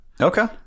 Okay